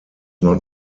not